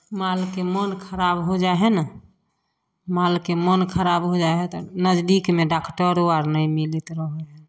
मालके मोन खराब हो जाइ हइ ने मालके मोन खराब हो जाइ हइ तऽ नजदीकमे डाक्टरो अर नहि मिलैत रहै हइ